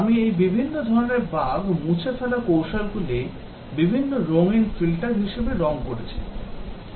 আমি এই বিভিন্ন ধরণের বাগ মুছে ফেলার কৌশলগুলি বিভিন্ন রঙিন ফিল্টার হিসাবে রঙ করেছি